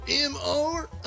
M-R